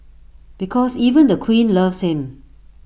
because even the queen loves him